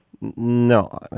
No